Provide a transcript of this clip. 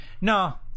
no